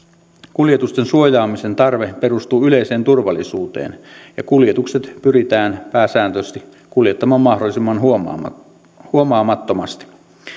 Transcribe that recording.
kuljetusten suojaamisen tarve perustuu yleiseen turvallisuuteen ja kuljetukset pyritään pääsääntöisesti kuljettamaan mahdollisimman huomaamattomasti huomaamattomasti